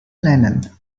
nennen